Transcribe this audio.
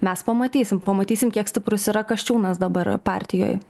mes pamatysim pamatysim kiek stiprus yra kasčiūnas dabar partijoj